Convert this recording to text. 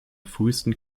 frühesten